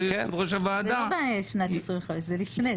יושב ראש הוועדה -- זה לא בשנת 2025 זה לפני,